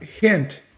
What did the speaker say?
hint